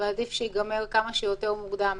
ועדיף שייגמר כמה שיותר מוקדם.